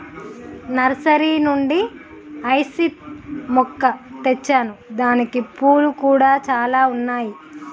nursery నుండి hyacinth మొక్క తెచ్చాను దానికి పూలు కూడా చాల ఉన్నాయి